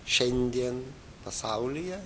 šiandien pasaulyje